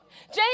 James